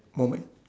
moment